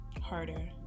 harder